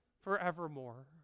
forevermore